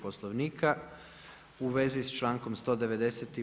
Poslovnika u vezi s člankom 190.